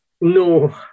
No